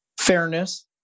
fairness